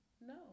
No